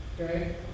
Okay